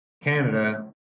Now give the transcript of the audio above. Canada